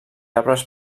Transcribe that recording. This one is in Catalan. arbres